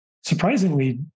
surprisingly